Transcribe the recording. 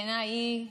בעיניי,